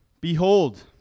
Behold